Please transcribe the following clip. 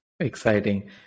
Exciting